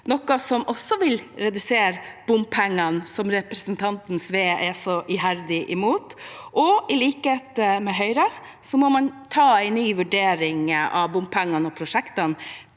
noe som også vil redusere bompengene, som representanten Sve er så iherdig imot. I likhet med Høyre mener vi man må ta en ny vurdering av bompengene og prosjektene